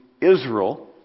Israel